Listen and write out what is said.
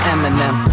Eminem